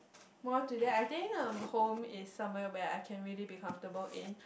more to that I think um home is somewhere where I can really be comfortable in